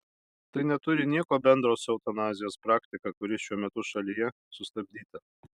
tai neturi nieko bendro su eutanazijos praktika kuri šiuo metu šalyje sustabdyta